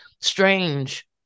strange